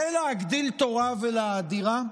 זה להגדיל תורה ולהאדירה?